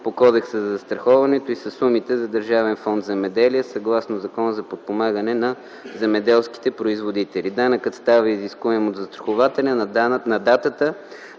по Кодекса за застраховането и със сумите за Държавен фонд „Земеделие”, съгласно Закона за подпомагане на земеделските производители. Данъкът става изискуем от застрахователя на датата,